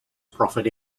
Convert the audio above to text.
profit